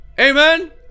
Amen